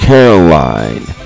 Caroline